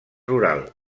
rural